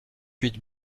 huit